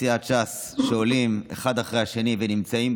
שמתקיימות